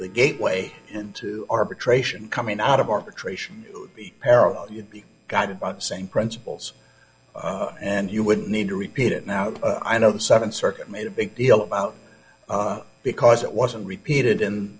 the gateway into arbitration coming out of arbitration para you'd be guided by the same principles and you wouldn't need to repeat it now i know the seventh circuit made a big deal about because it wasn't repeated in